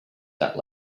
that